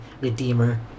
redeemer